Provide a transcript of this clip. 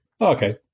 Okay